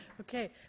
Okay